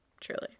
Truly